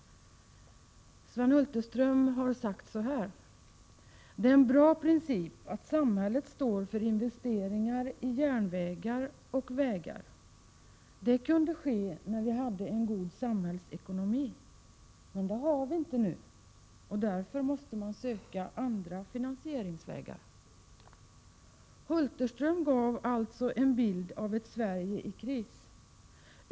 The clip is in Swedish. Sven Hulterström har sagt: Det är en bra princip att samhället står för investeringarna i vägar och järnvägar. Det kunde ske när vi hade en god samhällsekonomi. Men det har vi inte nu, och därför måste vi söka andra finansieringsvägar. Sven Hulterström gav alltså en bild av ett Sverige i kris.